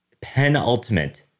Penultimate